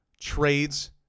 trades